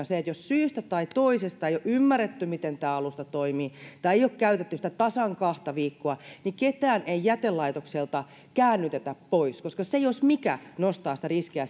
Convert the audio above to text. se että jos syystä tai toisesta ei ole ymmärretty miten tämä alusta toimii tai ei ole käytetty sitä tasan kahta viikkoa niin ketään ei jätelaitokselta käännytetä pois koska se jos mikä nostaa sitä riskiä